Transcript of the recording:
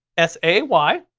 s a y.